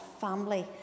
family